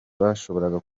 bashobora